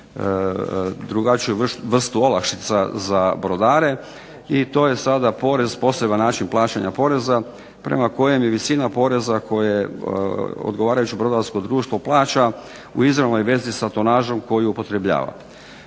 drugačiju vrstu olakšica za brodare. I to je sada porez, poseban način plaćanja poreza prema kojem bi visina poreza koje odgovarajuće brodarsko društvo plaća u izravnoj vezi sa tonažom koju upotrebljava.